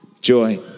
Joy